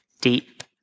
deep